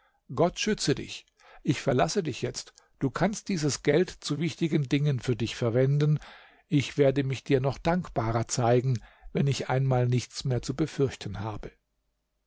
gott schütze dich ich verlasse dich jetzt du kannst dieses geld zu wichtigen dingen für dich verwenden ich werde mich dir noch dankbarer zeigen wenn ich einmal nichts mehr zu befürchten habe